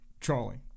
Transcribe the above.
Charlie